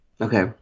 okay